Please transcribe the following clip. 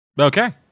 Okay